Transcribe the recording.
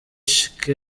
sheikh